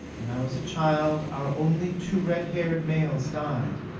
when i was a child our only two red-haired males died,